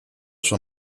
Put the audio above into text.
sua